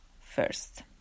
first